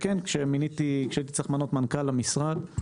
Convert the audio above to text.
כשהייתי צריך למנות מנכ"ל למשרד,